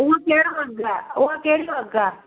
उहो कहिड़ो अघु आहे उहो कहिड़ो अघु आहे